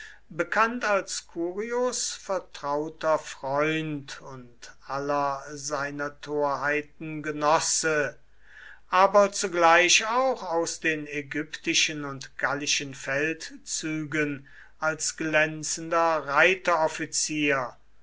bekannt als curios vertrauter freund und aller seiner torheiten genosse aber zugleich auch aus den ägyptischen und gallischen feldzügen als glänzender